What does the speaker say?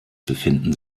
befinden